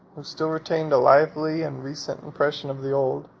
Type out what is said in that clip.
who still retained a lively and recent impression of the old,